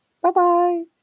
Bye-bye